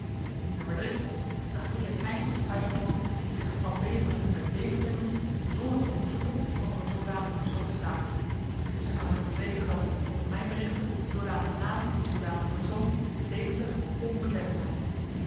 n zacharias heynsz huist iemand die zich van beveren uit deventer noemt zonder te onderzoeken of er een zoodanige persoon bestaat intusschen kan ik hem verzekeren dat volgens mijn berichten zoodanige naam en zoodanige persoon te deventer onbekend zijn